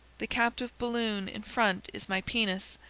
the captive balloon in front is my penis,